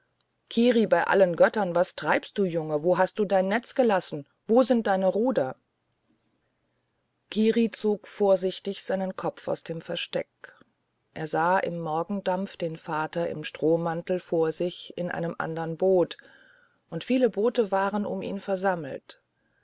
kiri bei allen göttern was treibst du junge wo hast du dein netz gelassen wo sind deine ruder kiri zog vorsichtig seinen kopf aus dem versteck er sah im morgendampf den vater im strohmantel vor sich in einem andern boot und viele boote waren um ihn versammelt